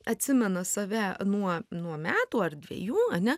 atsimena save nuo nuo metų ar dvejų ane